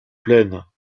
pleines